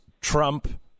Trump